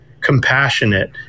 compassionate